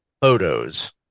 photos